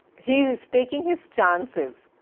he is taking his chances.